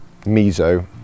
miso